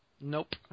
Nope